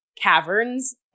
caverns